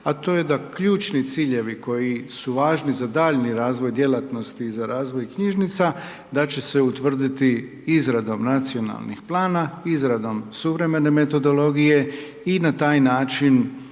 a to je da ključni ciljevi koji su važni za daljnji razvoj djelatnosti za razvoj knjižnica, da će se utvrditi izradom nacionalnih plana, izradom suvremene metodologije i na taj način